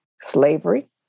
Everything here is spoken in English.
slavery